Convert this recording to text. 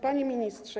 Panie Ministrze!